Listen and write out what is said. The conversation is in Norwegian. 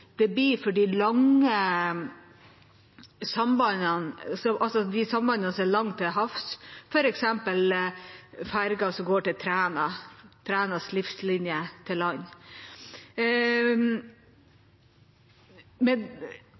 det blir for de sambandene som er langt til havs, f.eks. ferga som går til Træna, Trænas livslinje til land.